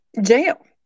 jail